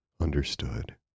understood